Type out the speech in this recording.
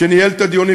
שניהל את הדיונים,